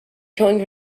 towing